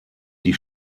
die